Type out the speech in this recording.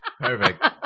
Perfect